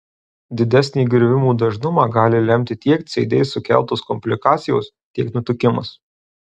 didesnį griuvimų dažnumą gali lemti tiek cd sukeltos komplikacijos tiek nutukimas